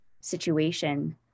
situation